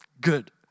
good